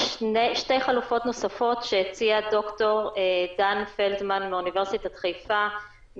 יש שתי חלופות נוספות שהציע דוקטור דן פלדמן מאוניברסיטת חיפה,